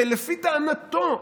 שלפי טענתו,